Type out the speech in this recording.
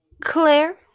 Claire